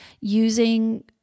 using